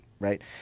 Right